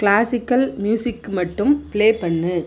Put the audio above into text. classical music மட்டும் play பண்ணு